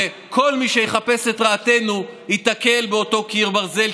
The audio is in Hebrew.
וכל מי שיחפש את רעתנו ייתקל באותו קיר ברזל,